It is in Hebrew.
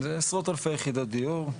זה עשרות אלפי יחידות דיור.